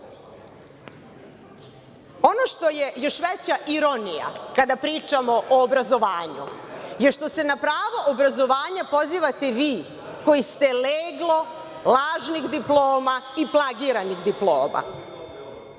što je još veća ironija kada pričamo o obrazovanju je što se na pravo obrazovanja pozivate vi koji ste leglo lažnih diploma i plagiranih diploma